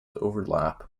overlap